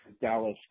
Dallas